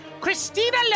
Christina